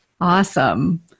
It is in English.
Awesome